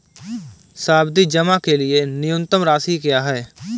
सावधि जमा के लिए न्यूनतम राशि क्या है?